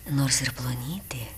nors ir plonytė